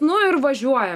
nu ir važiuoja